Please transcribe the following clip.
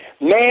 Man